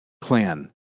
clan